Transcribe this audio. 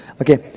Okay